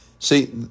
See